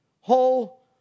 whole